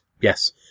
Yes